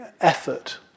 effort